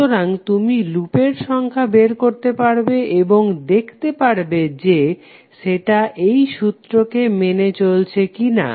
সুতরাং তুমি লুপের সংখ্যা বের করতে পারবে এবং দেখতে পারবে যে সেটা এই সুত্রকে মেনে চলছে কিনা